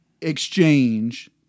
exchange